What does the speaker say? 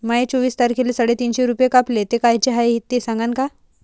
माये चोवीस तारखेले साडेतीनशे रूपे कापले, ते कायचे हाय ते सांगान का?